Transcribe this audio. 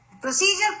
Procedure